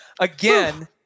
again